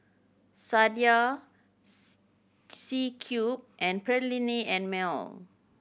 Sadia C Cube and Perllini and Mel